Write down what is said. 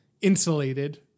insulated